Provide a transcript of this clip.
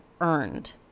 earned